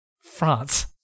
France